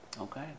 Okay